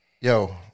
Yo